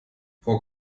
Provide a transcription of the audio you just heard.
frau